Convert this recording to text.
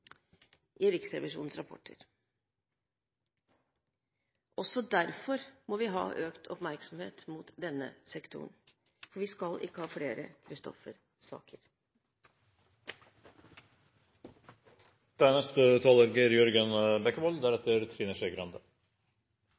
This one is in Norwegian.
i Riksrevisjonens rapporter. Også derfor må vi ha økt oppmerksomhet mot denne sektoren. For vi skal ikke ha flere